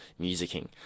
musicking